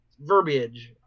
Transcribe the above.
verbiage